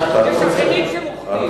יש אחרים שמוכרים.